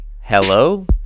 Hello